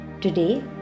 Today